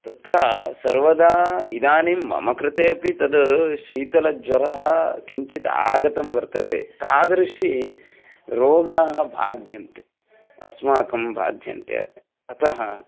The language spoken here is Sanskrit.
तत्र सर्वदा इदानीं मम कृते अपि तद् शीतलज्वरः किञ्चित् आगतं वर्तते तादृशाः रोगाः बाध्यन्ते अस्माकं बाध्यन्ते अतः